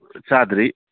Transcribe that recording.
ꯆꯥꯗ꯭ꯔꯤ